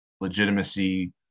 legitimacy